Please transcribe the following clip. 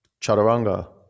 chaturanga